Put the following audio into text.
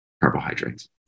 carbohydrates